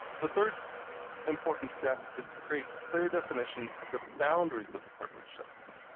the third important step is to create clear definition of the boundaries of the partnership.